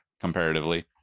comparatively